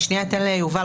מיד אתן ליובל,